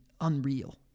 unreal